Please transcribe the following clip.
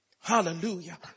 Hallelujah